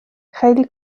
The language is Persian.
خیلی